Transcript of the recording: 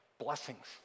blessings